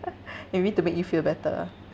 maybe to make you feel better ah